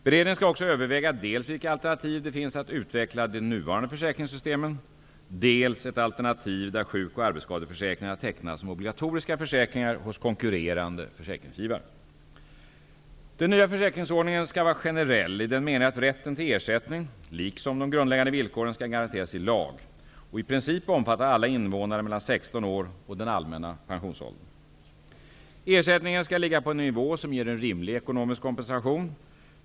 Beredningen skall också överväga dels vilka alternativ det finns att utveckla de nuvarande försäkringssystemen, dels ett alternativ där sjuk och arbetsskadeförsäkringarna tecknas som obligatoriska försäkringar hos konkurrerande försäkringsgivare. Den nya försäkringsordningen skall vara generell i den meningen att rätten till ersättning liksom de grundläggande villkoren skall garanteras i lag och i princip omfatta alla invånare mellan 16 år och den allmänna pensionsåldern. Ersättningen skall ligga på en nivå som ger en rimlig ekonomisk kompensation.